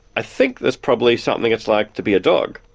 i think there's probably something it's like to be a dog.